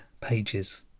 pages